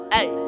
Hey